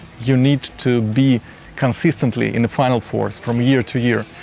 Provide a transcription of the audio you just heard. you need to be consistently in the final fours from year to year.